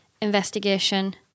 investigation